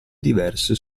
diverse